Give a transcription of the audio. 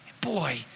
Boy